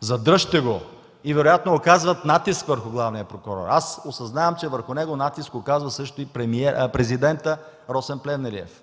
задръжте го!” и вероятно оказват натиск върху главния прокурор. Аз осъзнавам, че върху него натиск оказва също и президентът Росен Плевнелиев.